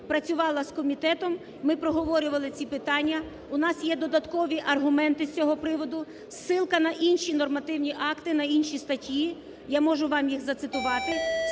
працювала з комітетом, ми проговорювали ці питання, у нас є додаткові аргументи з цього приводу, зсилка на інші нормативні акти, на інші статті, я можу вам їх зацитувати,